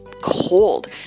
cold